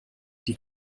die